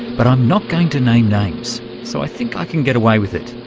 but i'm not going to name names so i think i can get away with it.